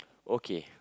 okay